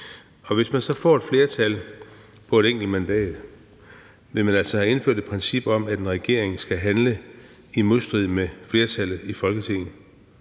Og hvis der så er et flertal på et enkelt mandat, vil man altså have indført et princip om, at en regering skal handle i modstrid med flertallet i Folketinget.